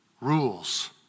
rules